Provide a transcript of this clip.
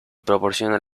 proporciona